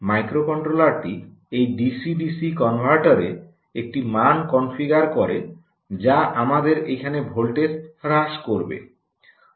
মাইক্রোকন্ট্রোলারটি এই DC DC কনভার্টারএ একটি মান কনফিগার করে যা আমাদের এখানে ভোল্টেজ হ্রাস করবে